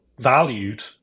valued